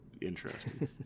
interesting